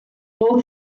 both